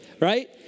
Right